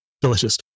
Delicious